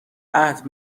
عهد